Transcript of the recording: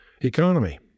economy